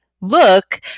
look